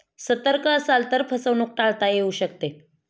सतर्क असाल तर फसवणूक टाळता येऊ शकते